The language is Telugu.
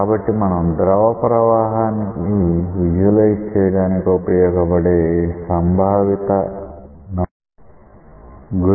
కాబట్టి మనం ద్రవ ప్రవాహానికి విజువలైజ్ చేయడానికి ఉపయోగపడే సంభావిత నమూనాల గురించి చర్చిస్తున్నాం